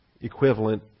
equivalent